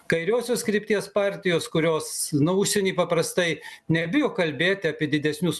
kairiosios krypties partijos kurios užsieny paprastai nebijo kalbėti apie didesnius